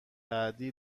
بعدی